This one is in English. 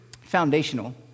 Foundational